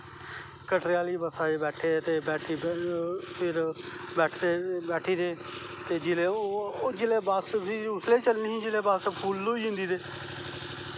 कटरे आह्ली बसा च बैठे ते फिर बैठे ते जिसलै बस फिर उसलै गै चलनी ही जिसलै फुल्ल होई जंदी ते